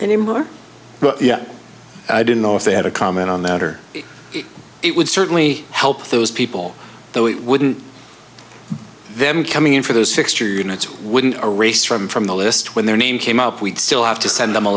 anymore but yeah i didn't know if they had a comment on that or it would certainly help those people though it wouldn't them coming in for those fixture units wouldn't a race from from the list when their name came up we'd still have to send them a